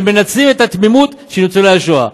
הם מנצלים את התמימות של ניצולי השואה.